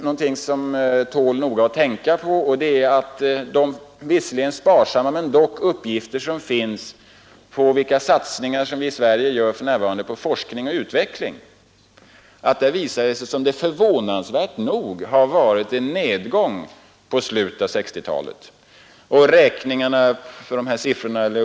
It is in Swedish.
Någonting som tål noga att tänka på är att de låt vara sparsamma uppgifter som finns om vilka satsningar som vi i Sverige för närvarande gör på forskning och utveckling visar att det förvånansvärt nog har skett en nedgång i slutet av 1960-talet.